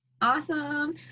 Awesome